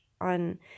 on